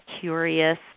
curious